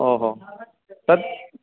ओहो तत्